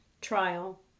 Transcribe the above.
trial